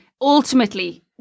ultimately